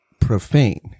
profane